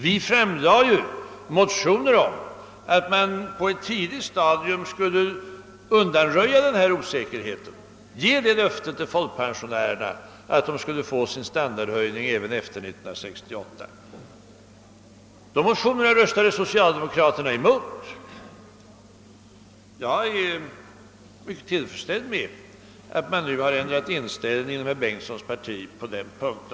Vi väckte ju motioner om att man på ett tidigt stadium skulle undanröja osäkerheten och ge ett löfte till folkpensionärerna om att de skulle få sin standardhöjning även efter 1968. Dessa motioner röstade socialdemokraterna emot. Jag är mycket tillfredsställd med att man nu har ändrat inställning inom herr Bengtssons parti på denna punkt.